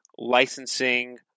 licensing